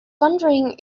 wondering